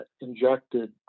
injected